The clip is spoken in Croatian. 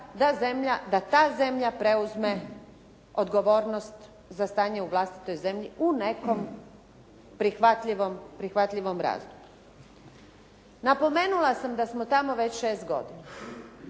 da ta zemlja preuzme odgovornost za stanje u vlastitoj zemlji u nekom prihvatljivom razdoblju. Napomenula sam da smo tamo već 6 godina.